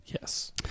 Yes